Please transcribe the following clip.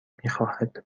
میخواهد